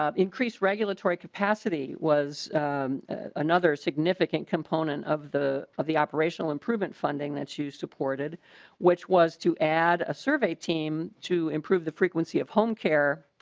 um increase regulatory capacity another significant component of the of the operational improvement funding that you supported which was to add a survey team to improve the frequency of home care.